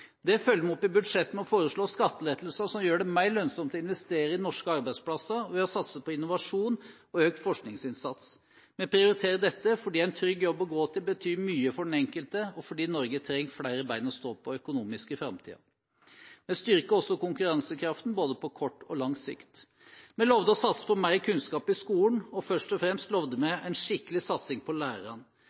Det følger vi opp i budsjettet ved å foreslå skattelettelser som gjør det mer lønnsomt å investere i norske arbeidsplasser, og ved å satse på innovasjon og økt forskningsinnsats. Vi prioriterer dette fordi en trygg jobb å gå til betyr mye for den enkelte, og fordi Norge trenger flere ben å stå på økonomisk i framtiden. Vi styrker også konkurransekraften, både på kort og lang sikt. Vi lovet å satse på mer kunnskap i skolen, og først og fremst lovet vi en skikkelig satsing på lærerne.